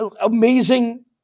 amazing